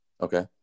Okay